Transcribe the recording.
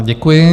Děkuji.